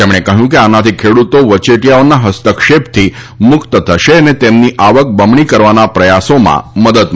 તેમણે કહયું કે આનાથી ખેડુતો વચેટીયાઓના હસ્તક્ષેપથી મુકત થશે અને તેમની આવક બમણી કરવાના પ્રયાસોમાં મદદ મળશે